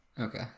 Okay